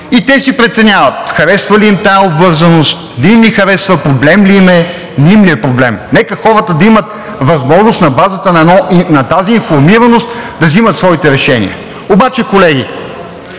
и си преценяват – харесва ли им тази обвързаност, не им ли харесва, проблем ли им е, не им ли е проблем. Нека хората да имат възможност на базата на тази информираност да вземат своите решения. Обаче, колеги,